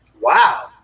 Wow